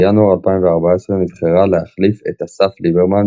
בינואר 2014 נבחרה להחליף את אסף ליברמן